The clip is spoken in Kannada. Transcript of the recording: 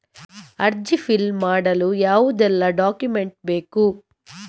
ಅರ್ಜಿ ಫಿಲ್ ಮಾಡಲು ಯಾವುದೆಲ್ಲ ಡಾಕ್ಯುಮೆಂಟ್ ಬೇಕು?